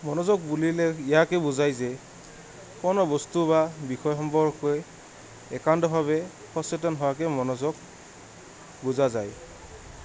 মনোযোগ বুলিলে ইয়াকে বুজায় যে কোনো বস্তু বা বিষয় সম্পৰ্কে একান্তভাৱে সচেতন হোৱাকে মনোযোগ বুজা যায়